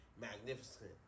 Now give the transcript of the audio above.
magnificent